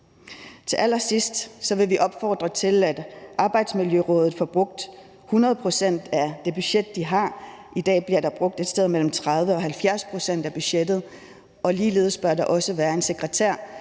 Til allersidst vil vi opfordre til, at Arbejdsmiljørådet får brugt 100 pct. af det budget, de har. I dag bliver der brugt et sted mellem 30 og 70 pct. af budgettet. Ligeledes bør der også være en sekretær,